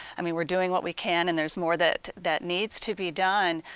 i mean we're doing what we can and there's more that that needs to be done,